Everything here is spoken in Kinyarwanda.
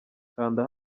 kanda